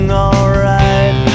alright